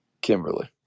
Kimberly